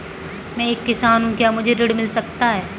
मैं एक किसान हूँ क्या मुझे ऋण मिल सकता है?